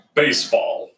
baseball